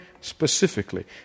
specifically